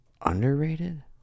underrated